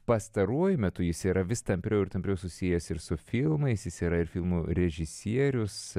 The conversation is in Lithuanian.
pastaruoju metu jis yra vis tampriau ir tampriau susijęs ir su filmais jis yra ir filmų režisierius